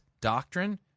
doctrine